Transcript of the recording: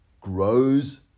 grows